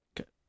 Okay